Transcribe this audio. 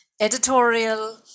editorial